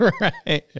Right